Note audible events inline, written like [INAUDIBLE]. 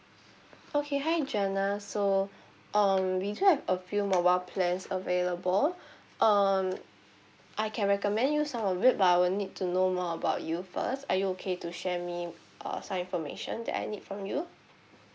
okay hi janna so [BREATH] um we do have a few mobile plans available [BREATH] um I can recommend you some of it but I will need to know more about you first are you okay to share me uh some information that I need from you